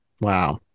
wow